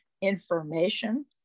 information